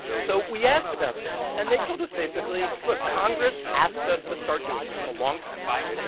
so we asked about this. and they told us basically, look, congress asked us to start doing this a long time ago.